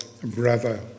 brother